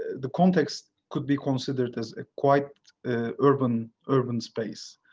the context could be considered as quite urban urban space.